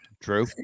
True